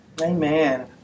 Amen